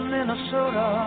Minnesota